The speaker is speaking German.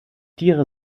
tiere